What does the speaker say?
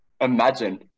Imagine